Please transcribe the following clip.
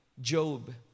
Job